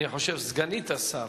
אני חושב שסגנית השר,